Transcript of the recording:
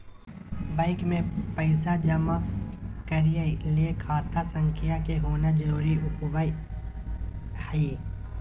bank मे पैसा जमा करय ले खाता संख्या के होना जरुरी होबय हई